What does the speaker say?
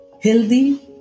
healthy